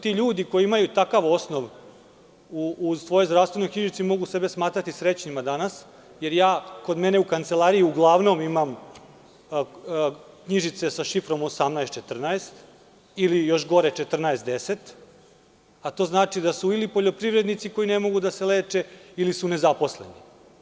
Ti ljudi koji imaju takav osnov u svojoj zdravstvenoj knjižici mogu sebe smatrati srećnima danas, jer ja kod mene u kancelariji uglavnom imam knjižice sa šifrom 1814 ili, još gore, 1410, a to znači da su ili poljoprivrednici koji ne mogu da se leče ili su nezaposleni.